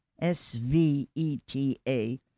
S-V-E-T-A